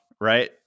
right